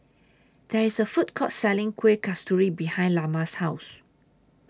There IS A Food Court Selling Kueh Kasturi behind Lamar's House